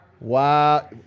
Wow